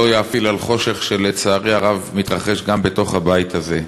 לא יגבר על חושך שלצערי הרב מתרחש גם בתוך הבית הזה.